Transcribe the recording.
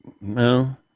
No